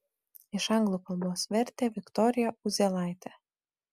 iš anglų kalbos vertė viktorija uzėlaitė